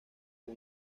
con